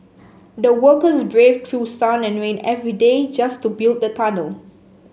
the workers braved through sun and rain every day just to build the tunnel